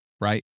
right